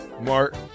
Mark